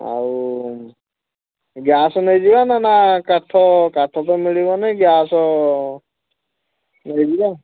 ଆଉ ଗ୍ୟାସ୍ ନେଇଯିବା ନା ନା କାଠ କାଠ ତ ମିଳିବ ନାହିଁ ଗ୍ୟାସ୍ ନେଇଯିବା